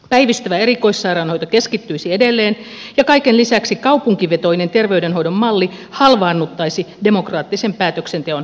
päivystävä erikoissairaanhoito keskittyisi edelleen ja kaiken lisäksi kaupunkivetoinen terveydenhoidon malli halvaannuttaisi demokraattisen päätöksenteon kokonaan